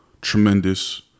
tremendous